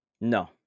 No